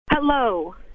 Hello